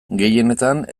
gehienetan